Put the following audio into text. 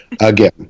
again